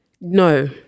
No